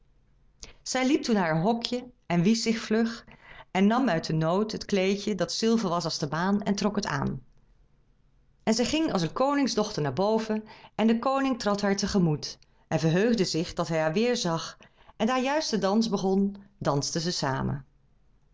zij liep toen naar haar hokje en wiesch zich vlug en nam uit de noot het kleedje dat zilver was als de maan en trok het aan en zij ging als een koningsdochter naar boven en de koning trad haar te gemoet en verheugde zich dat hij haar weêrzag en daar juist de dans begon dansten zij samen